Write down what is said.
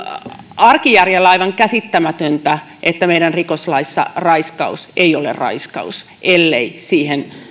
arkijärjellä aivan käsittämätöntä että meidän rikoslaissa raiskaus ei ole raiskaus ellei siihen